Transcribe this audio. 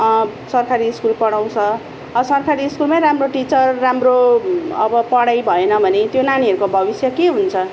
सरकारी स्कुल पढाउँछ ससकारी स्कुलमै राम्रो टिचर राम्रो अब पढाई भएन भने त्यो नानीहरूको भविष्य के हुन्छ